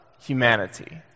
humanity